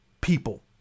people